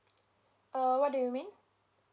uh what do you mean